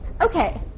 okay